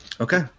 Okay